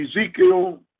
Ezekiel